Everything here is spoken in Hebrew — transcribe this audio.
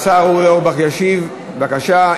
השר אורי אורבך ישיב, בבקשה.